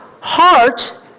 heart